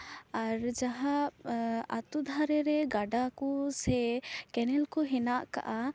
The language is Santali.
ᱟᱨ ᱡᱟᱦᱟᱸ ᱟᱛᱳ ᱫᱷᱟᱨᱮ ᱨᱮ ᱜᱟᱰᱟ ᱠᱚ ᱥᱮ ᱠᱮᱱᱮᱞ ᱠᱩ ᱦᱮᱱᱟᱜ ᱠᱟᱜᱼᱟ